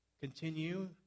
continue